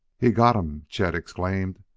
he got em! chet exclaimed.